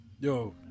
Yo